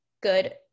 good